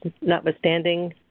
notwithstanding